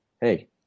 Hey